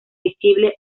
visible